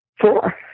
four